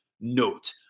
note